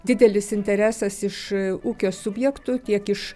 didelis interesas iš ūkio subjektų tiek iš